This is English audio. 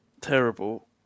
Terrible